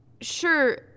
Sure